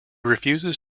refuses